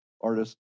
artist